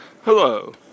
Hello